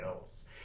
else